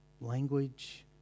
language